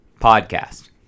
podcast